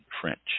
French